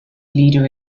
leader